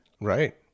Right